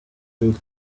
filled